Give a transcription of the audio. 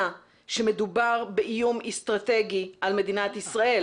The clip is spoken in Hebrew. שמדובר באיום אסטרטגי על מדינת ישראל?